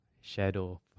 shadow